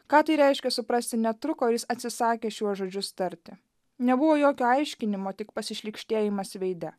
ką tai reiškia suprasti netruko ir jis atsisakė šiuos žodžius tarti nebuvo jokio aiškinimo tik pasišlykštėjimas veide